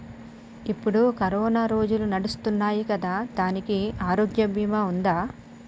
ఇప్పుడు కరోనా రోజులు నడుస్తున్నాయి కదా, దానికి ఆరోగ్య బీమా ఉందా?